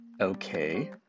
Okay